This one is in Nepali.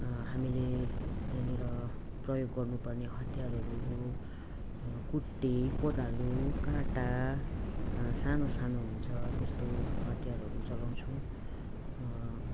हामीले त्यहीँनिर प्रयोग गर्नुपर्ने हतियारहरू हो कुटे कोदालो काँटा सानो सानो हुन्छ त्यस्तो हतियारहरू चलाउँछौँ